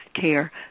care